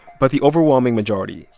but the overwhelming majority,